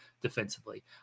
defensively